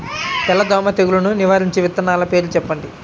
తెల్లదోమ తెగులును నివారించే విత్తనాల పేర్లు చెప్పండి?